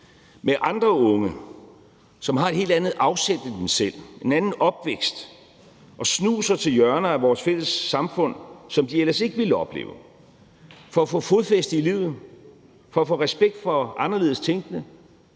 med andre unge, som har et helt andet afsæt end dem selv, en anden opvækst, og snuser til hjørner af vores fælles samfund, som de ellers ikke ville opleve, for at få fodfæste i livet, for at få respekt for anderledes tænkende,